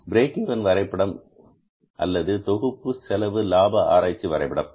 break even வரைபடம் அல்லது செலவு தொகுப்பு லாப ஆராய்ச்சி வரைபடம்